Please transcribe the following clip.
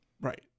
Right